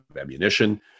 ammunition